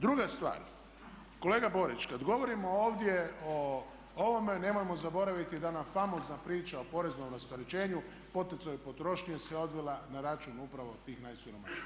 Druga stvar, kolega Borić kad govorimo ovdje o ovome nemojmo zaboraviti da ona famozna priča o poreznom rasterećenju, poticaju potrošnje se odvila na račun upravo tih najsiromašnijih.